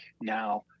now